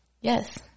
yes